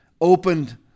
opened